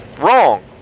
wrong